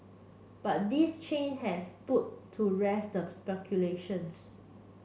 but this change has put to rest speculations